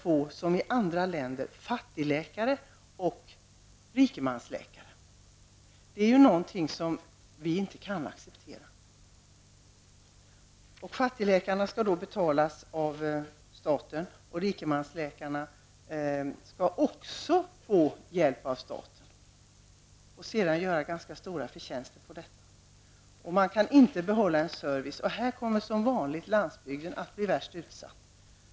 Vi kommer som i andra länder att få fattigläkare och rikemansläkare. Det är någonting som vi inte kan acceptera. Fattigläkarna skall då betalas av staten, men också rikemansläkarna skulle få hjälp av staten och göra ganska stora förtjänster på detta. Servicen kommer inte att kunna upprätthållas, och som vanligt kommer landsbygden att bli värst utsatt.